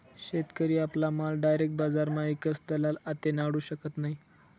शेतकरी आपला माल डायरेक बजारमा ईकस दलाल आते नाडू शकत नै